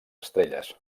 estrelles